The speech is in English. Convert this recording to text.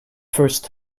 first